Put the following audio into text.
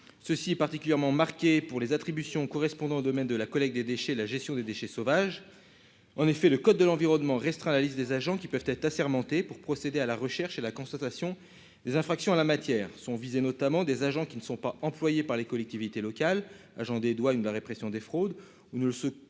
ceci est particulièrement marquée pour les attributions correspondant, domaine de la collecte des déchets et la gestion des déchets sauvages, en effet, le code de l'environnement restera la liste des agents qui peuvent être assermenté pour procéder à la recherche et la constatation des infractions à la matière sont visés, notamment des agents qui ne sont pas employées par les collectivités locales, agent des douanes, de la répression des fraudes ou ne le ne le sont